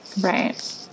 right